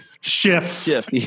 shift